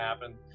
happen